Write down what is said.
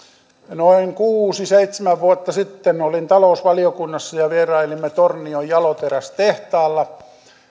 noin kuusi viiva seitsemän vuotta sitten olin talousvaliokunnassa ja vierailimme tornion jaloterästehtaalla